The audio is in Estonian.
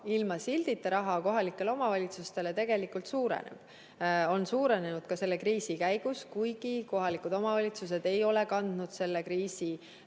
ilma sildita raha kohalikele omavalitsustele tegelikult suureneb – on suurenenud ka selle kriisi käigus, kuigi kohalikud omavalitsused ei ole kandnud selle kriisi